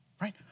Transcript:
right